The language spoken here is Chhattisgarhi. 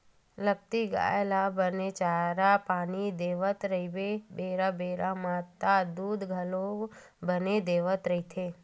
लगती गाय ल बने चारा पानी देवत रहिबे बेरा बेरा म त दूद घलोक बने देवत रहिथे